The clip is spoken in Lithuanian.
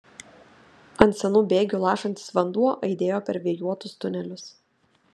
ant senų bėgių lašantis vanduo aidėjo per vėjuotus tunelius